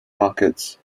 markets